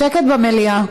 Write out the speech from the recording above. שקט במליאה.